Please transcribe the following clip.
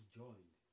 joined